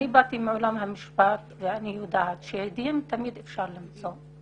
אני באתי מעולם המשפט ואני יודעת שעדים תמיד אפשר למצוא.